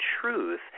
truth